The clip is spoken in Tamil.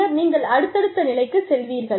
பின்னர் நீங்கள் அடுத்தடுத்த நிலைக்குச் செல்வீர்கள்